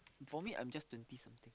for me I'm just twenty something